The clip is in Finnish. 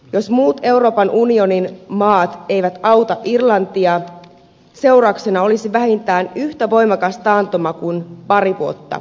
jos muut euroopan unionin maat eivät auta irlantia seurauksena olisi vähintään yhtä voimakas taantuma kuin pari vuotta sitten